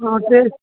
ಹಾಂ